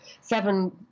seven